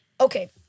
Okay